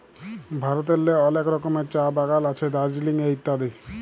ভারতেল্লে অলেক রকমের চাঁ বাগাল আছে দার্জিলিংয়ে ইত্যাদি